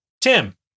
Tim